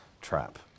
trap